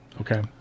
okay